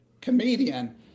Comedian